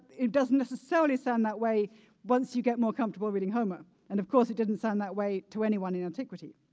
it doesn't necessarily sound that way once you get more comfortable reading homer, and of course, it didn't sound that way to anyone in antiquity.